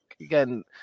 again